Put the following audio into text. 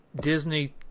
Disney